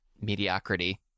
mediocrity